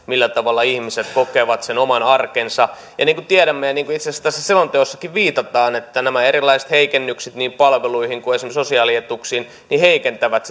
millä tavalla ihmiset kokevat oman arkensa niin kuin tiedämme ja niin kuin itse asiassa tässä selonteossakin viitataan nämä erilaiset heikennykset niin palveluihin kuin esimerkiksi sosiaalietuuksiin heikentävät